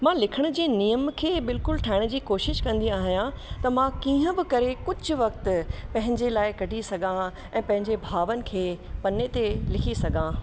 मां लिखण जे नियम खे बिल्कुलु ठाहिण जी कोशिश कंदी आहियां त मां कीअं बि करे कुझु वक़्ति पंहिंजे लाइ कढी सघां ऐं पंहिंजे भावनि खे पन्ने ते लिखी सघां